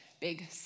Big